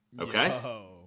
Okay